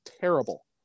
terrible